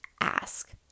ask